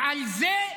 ועל זה,